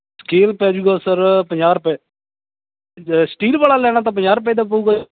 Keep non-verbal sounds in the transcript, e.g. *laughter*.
scale ਪੈ ਜੂਗਾ sir ਪੰਜਾਹ ਰੁਪਏ *unintelligible* ਸਟੀਲ ਵਾਲਾ ਲੈਣਾ ਤਾਂ ਪੰਜਾਹ ਦਾ ਰੁਪਏ ਪਊਗਾ